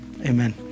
amen